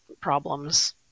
problems